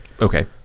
Okay